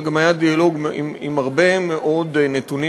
אלא גם היה דיאלוג עם הרבה מאוד נתונים